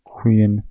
Queen